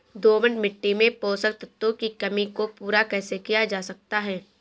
दोमट मिट्टी में पोषक तत्वों की कमी को पूरा कैसे किया जा सकता है?